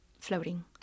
floating